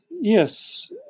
yes